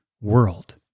world